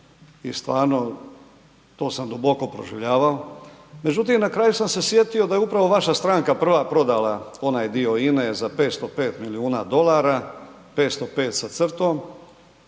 i stvarno, to sam duboko proživljavao. Međutim, na kraju sam se sjetio da je upravo vaša stranka prva prodala onaj dio INA-e za 505 milijuna dolara, 505 sa crtom.